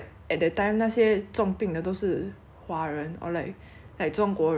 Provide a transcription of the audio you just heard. like 中国人啊 then 他看到我们进来 hor then 我们两个都有戴口罩 [what]